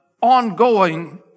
ongoing